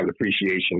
appreciation